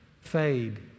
fade